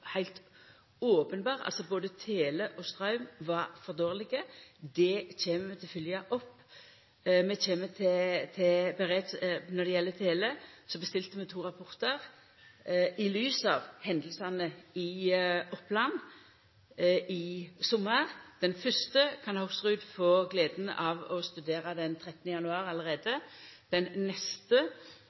heilt openbert at beredskapen for både tele og straum var for dårleg. Det kjem vi til å følgja opp. Når det gjeld tele, bestilte vi to rapportar i lys av hendingane i Oppland i sommar. Den fyrste kan Hoksrud få gleda av å studera allereie 13. januar. Den neste